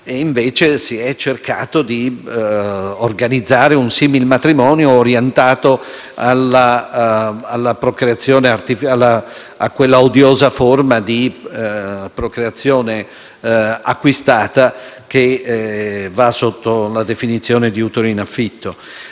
E invece si è cercato di organizzare un similmatrimonio orientato a quella odiosa forma di procreazione acquistata che va sotto la definizione di utero in affitto.